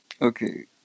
Okay